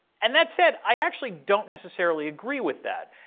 and that said, i actually don't necessarily agree with that.